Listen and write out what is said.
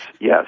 yes